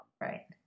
Right